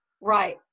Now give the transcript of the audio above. right